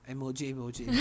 Emoji-emoji